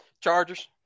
Chargers